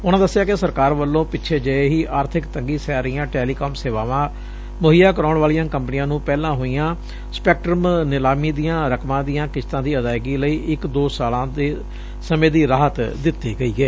ਉਨਾਂ ਦਸਿਆ ਕਿ ਸਰਕਾਰ ਵਲੋਂ ਪਿਛੇ ਜਹੇ ਹੀ ਆਰਬਿਕ ਤੰਗੀ ਸਹਿ ਰਹੀਆਂ ਟੈਲੀਕਾਮ ਸੇਵਾਵਾਂ ਮੁਹੱਈਆ ਕਰਾਉਣ ਵਾਲੀਆਂ ਕੰਪਨੀਆਂ ਨੰ ਪਹਿਲਾਂ ਹੋਈਆਂ ਸਪੈਕਟਰਮ ਨਿਲਾਮੀ ਦੀਆਂ ਰਕਮਾਂ ਦੀਆਂ ਕਿਸ਼ਤਾ ਦੀ ਅਦਾਇਗੀ ਲਈ ਇਕ ਦੋ ਸਾਲਾ ਦੇ ਸਮੇਂ ਦੀ ਰਾਹਤ ਦਿੱਡੀ ਗਈ ਏ